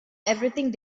everything